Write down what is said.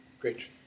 great